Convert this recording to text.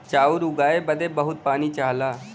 चाउर उगाए बदे बहुत पानी चाहला